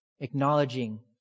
acknowledging